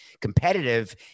Competitive